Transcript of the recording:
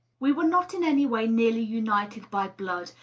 we were not in any way nearly united by blood,